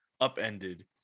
upended